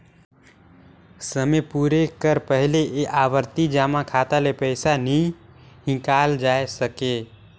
समे पुरे कर पहिले ए आवरती जमा खाता ले पइसा नी हिंकालल जाए सके